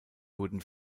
wurden